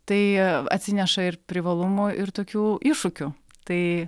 tai atsineša ir privalumų ir tokių iššūkių tai